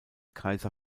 kaiser